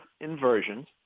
inversions